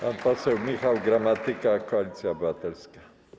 Pan poseł Michał Gramatyka, Koalicja Obywatelska.